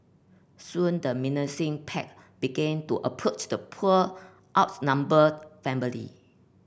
soon the menacing pack began to approach the poor outnumbered family